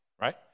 right